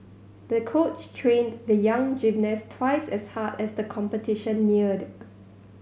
the coach trained the young gymnast twice as hard as the competition neared